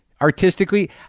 artistically